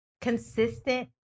consistent